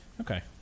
Okay